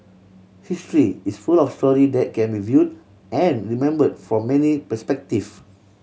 history is full of story that can be viewed and remember from many perspective